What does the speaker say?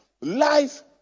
Life